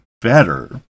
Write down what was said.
better